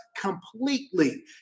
completely